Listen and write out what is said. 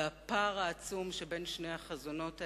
והפער העצום בין שני החזונות האלה,